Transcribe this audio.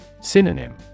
Synonym